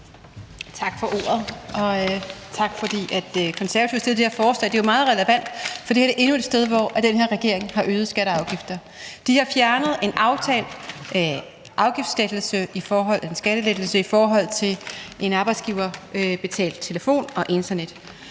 Tak for ordet. Tak, fordi De Konservative har fremsat det her forslag. Det er jo meget relevant, for det her er endnu et sted, hvor den her regering har øget skatter og afgifter. Den har fjernet en aftalt skattelettelse i forhold til arbejdsgiverbetalt telefon og internet,